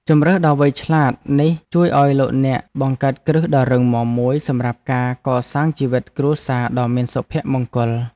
ជម្រើសដ៏វៃឆ្លាតនេះជួយឱ្យលោកអ្នកបង្កើតគ្រឹះដ៏រឹងមាំមួយសម្រាប់ការកសាងជីវិតគ្រួសារដ៏មានសុភមង្គល។